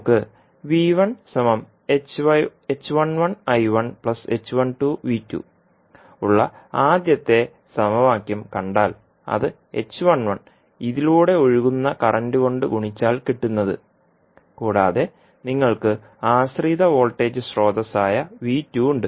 നമുക്ക് ഉള്ള ആദ്യത്തെ സമവാക്യം കണ്ടാൽ അത് ഇതിലൂടെ ഒഴുകുന്ന കറന്റ് കൊണ്ട് ഗുണിച്ചാൽ കിട്ടുന്നത് കൂടാതെ നിങ്ങൾക്ക് ആശ്രിത വോൾട്ടേജ് സ്രോതസ്സ് ആയ ഉണ്ട്